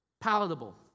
palatable